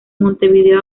montevideo